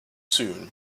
soon